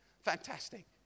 Fantastic